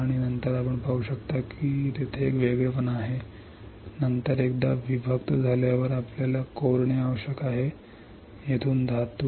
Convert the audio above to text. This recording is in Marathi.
आणि नंतर आपण पाहू शकता की तेथे एक वेगळेपणा आहे नंतर एकदा विभक्त झाल्यावर आपल्याला खोदणे आवश्यक आहे येथून धातू